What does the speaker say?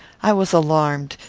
i was alarmed.